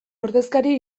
ordezkari